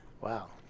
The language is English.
Wow